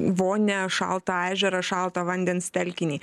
vonią šaltą ežerą šaltą vandens telkinį